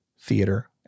theater